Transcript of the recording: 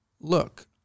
look